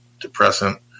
depressant